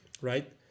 Right